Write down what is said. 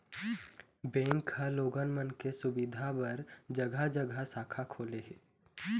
bank ह लोगन मन के सुबिधा बर जघा जघा शाखा खोले हे